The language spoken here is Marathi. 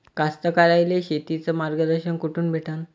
कास्तकाराइले शेतीचं मार्गदर्शन कुठून भेटन?